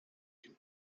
can